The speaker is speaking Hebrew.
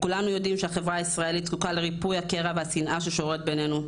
כולנו יודעים שהחברה הישראלית זקוקה לריפוי הקרע והשנאה ששוררת בינינו.